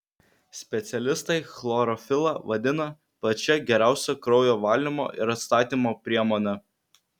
specialistai chlorofilą vadina pačia geriausia kraujo valymo ir atstatymo priemone